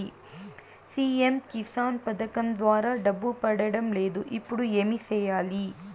CM Kisan పథకం ద్వారా డబ్బు పడడం లేదు ఇప్పుడు ఏమి సేయాలి